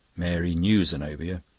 mary knew zenobia.